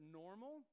normal